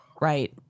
Right